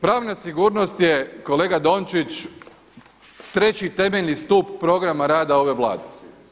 Pravna sigurnost je kolega Dončić treći temeljni stup programa rada ove Vlade.